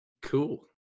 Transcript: Cool